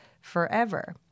forever